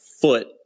foot